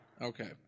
Okay